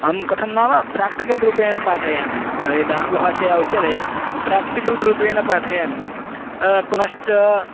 अहं कथं नाम प्राक्टिकल् रूपेण पाठयामि यत् आङ्ग्लभाषया उच्यते प्राक्टिकल् रूपेण पाठयामि पुनश्च